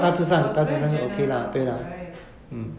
it was very general okay right